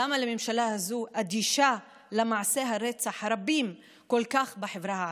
למה הממשלה הזאת אדישה למעשי הרצח הרבים כל כך בחברה הערבית?